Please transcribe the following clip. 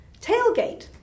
Tailgate